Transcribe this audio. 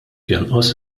jonqos